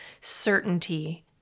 certainty